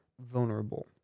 vulnerable